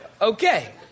Okay